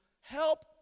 help